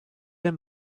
and